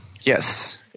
Yes